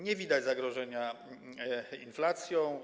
Nie widać zagrożenia inflacją.